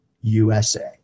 USA